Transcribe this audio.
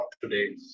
today